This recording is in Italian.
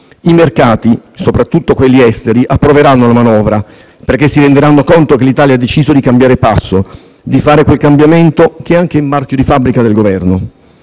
i mercati, soprattutto quelli esteri, la approveranno perché si renderanno conto che l'Italia ha deciso di cambiare passo, di fare quel cambiamento che è anche il marchio di fabbrica del Governo.